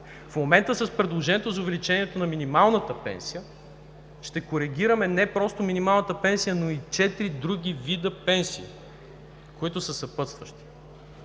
В момента с предложението за увеличението на минималната пенсия ще коригираме не просто минималната пенсия, но и четири вида други пенсии, които са съпътстващи.